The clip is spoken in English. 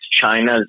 China's